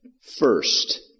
First